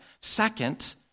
Second